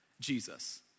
Jesus